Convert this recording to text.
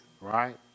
right